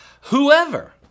whoever